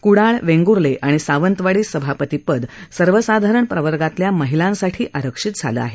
क्डाळ वेंगूर्ले आणि सावंतवाडी सभापती पद सर्वसाधारण प्रवर्गातल्या महिलांसाठी आरक्षित झालं आहे